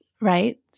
right